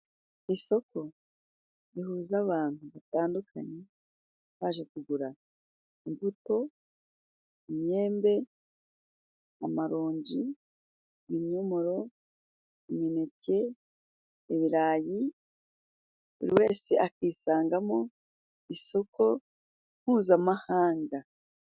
Isoko rihuza abantu batandukanye, baje kugura imbuto, imyembe, amaronji, ibinyomoro, imineke, ibirayi, buri wese akisangamo. Isoko mpuzamahanga.